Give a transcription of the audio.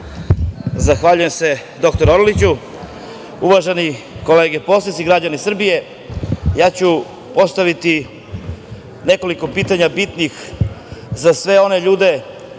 Zahvaljujem se, dr Orliću. Uvažene kolege poslanici, građani Srbije, ja ću postaviti nekoliko pitanja bitnih za sve one ljude